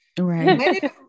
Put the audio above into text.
Right